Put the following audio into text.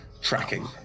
tracking